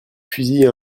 fusils